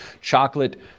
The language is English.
chocolate